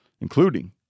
including